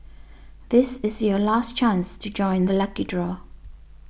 this is your last chance to join the lucky draw